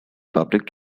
public